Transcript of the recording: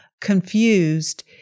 confused